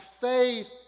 faith